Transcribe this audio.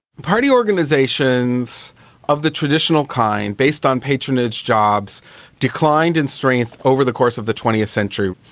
party organisations of the traditional kind based on patronage jobs declined in strength over the course of the twentieth century.